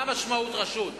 מה המשמעות, רשות?